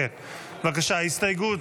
כעת נצביע על הסתייגות